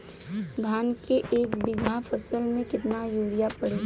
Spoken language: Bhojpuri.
धान के एक बिघा फसल मे कितना यूरिया पड़ी?